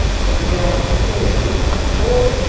if we are to pay deans at all,